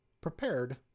prepared